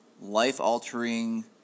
life-altering